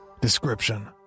Description